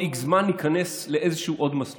עוד x זמן לא ניכנס לעוד איזה מסלול.